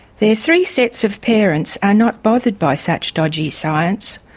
their three sets of parents are not bothered by such dodgy science,